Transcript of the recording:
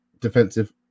defensive